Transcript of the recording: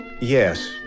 Yes